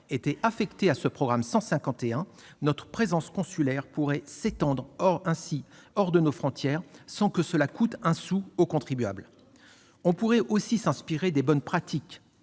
était affectée à ce programme 151, notre présence consulaire pourrait ainsi s'étendre hors de nos frontières sans que cela coûte un sou au contribuable. On pourrait aussi s'inspirer des bonnes pratiques